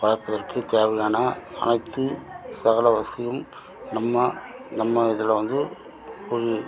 பார்ப்பதற்கு தேவையான அனைத்து சகல வசதியும் நம்மா நம்ம இதில் வந்து ஒரு